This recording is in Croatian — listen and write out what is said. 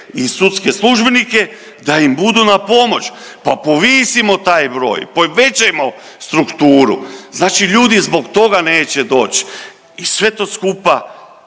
i sudske službenike da im budu na pomoć. Pa povisimo taj broj, povećajmo strukturu. Znači ljudi zbog toga neće doći i sve to skupa